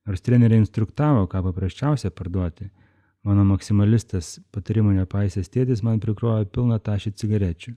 nors treneriai instruktavo ką paprasčiausia parduoti mano maksimalistas patarimų nepaisęs tėtis man prikrovė pilną tašę cigarečių